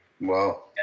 Wow